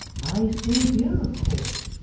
i stay here of course.